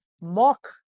mock